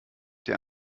der